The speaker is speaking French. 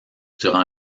durant